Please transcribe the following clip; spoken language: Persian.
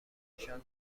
نشان